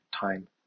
time